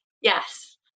yes